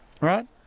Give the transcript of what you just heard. right